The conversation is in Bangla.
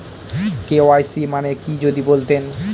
কে.ওয়াই.সি মানে কি যদি বলতেন?